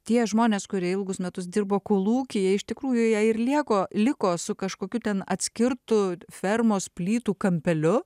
tie žmonės kurie ilgus metus dirbo kolūkyje iš tikrųjų jie ir lieko liko su kažkokiu ten atskirtu fermos plytų kampeliu